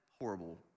horrible